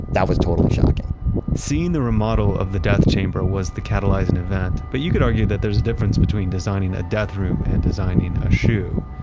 that was totally shocking seeing the remodel of the death chamber was the catalyzing event. but you could argue that there's a difference between designing a death room and designing a shu.